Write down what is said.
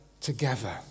together